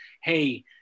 hey